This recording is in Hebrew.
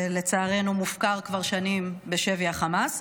שלצערנו מופקר כבר שנים בשבי החמאס.